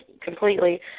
completely